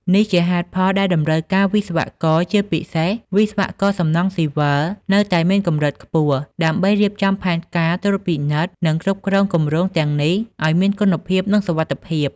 នេះជាហេតុផលដែលតម្រូវការវិស្វករ ជាពិសេស វិស្វករសំណង់ស៊ីវិល នៅតែមានកម្រិតខ្ពស់ ដើម្បីរៀបចំផែនការ ត្រួតពិនិត្យ និងគ្រប់គ្រងគម្រោងទាំងនេះឱ្យមានគុណភាព និងសុវត្ថិភាព។